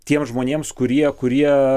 tiems žmonėms kurie kurie